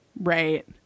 Right